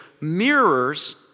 mirrors